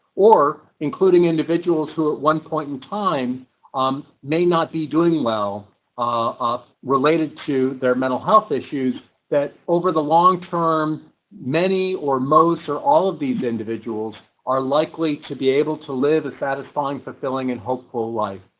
or including individuals who at one point and in um may not be doing well off related to their mental health issues that over the long term many, or most or all of these individuals are likely to be able to live a satisfying fulfilling and hopeful life